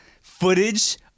footage